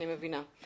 אני מבינה.